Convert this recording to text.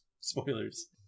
Spoilers